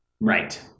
right